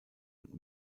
und